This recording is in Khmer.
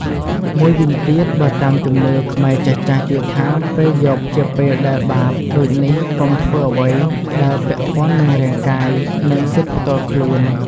មួយវិញទៀត បើតាមជំនឿខ្មែរចាស់ៗជឿថាពេលយប់ជាពេលដែលបាប ដូចនេះកុំធ្វើអ្វីដែលពាក់ព័ន្ធនឹងរាងកាយ និងសិទ្ធិផ្ទាល់ខ្លួន។